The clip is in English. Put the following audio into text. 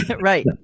Right